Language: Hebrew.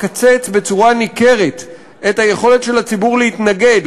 מקצץ בצורה ניכרת את היכולת של הציבור להתנגד,